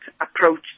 approach